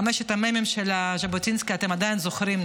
את חמשת המ"מים של ז'בוטינסקי אתם עדיין זוכרים,